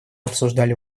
обсуждали